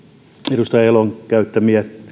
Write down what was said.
edustaja elon käyttämiä